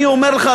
אני אומר לך,